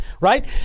right